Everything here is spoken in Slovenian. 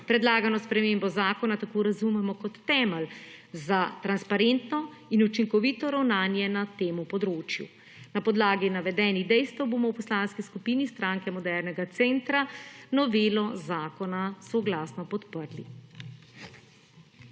Predlagano spremembo zakona tako razumemo kot temelj za transparentno in učinkovito ravnanje na tem področju. Na podlagi navedenih dejstev bomo v Poslanski skupini Stranke Modernega centra novo zakona soglasno podprli.